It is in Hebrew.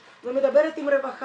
אני חושב שלא ייגעו בזה בגלל